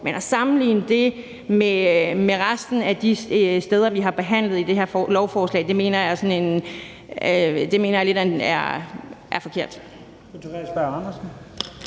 men at sammenligne det med resten at de steder, vi har behandlet i det her lovforslag, mener jeg er forkert.